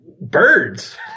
birds